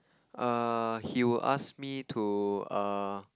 err he would ask me to err